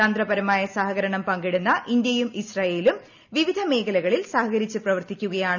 തന്ത്രപരമായ സഹകരണം പങ്കിടുന്ന ഇന്ത്യയും ഇസ്രയേലും വിവിധ മേഖലകളിൽ സഹകരിച്ച് പ്രവർത്തിക്കുകയാണ്